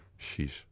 sheesh